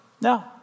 no